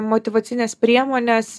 motyvacines priemones